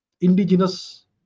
indigenous